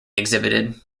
exhibited